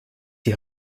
die